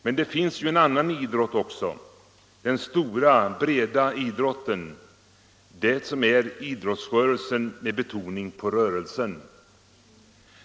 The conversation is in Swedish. Men det finns ju en annan idrott också, den stora breda idrotten, det som är idrottsrörelsen med betoning på rörelsen.